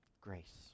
grace